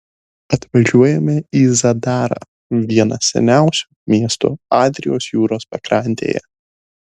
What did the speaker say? atvažiuojame į zadarą vieną seniausių miestų adrijos jūros pakrantėje